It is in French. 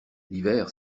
l’hiver